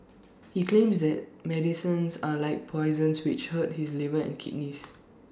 he claims that medicines are like poisons which hurt his liver and kidneys